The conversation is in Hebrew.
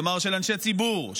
כלומר של אנשי ציבור,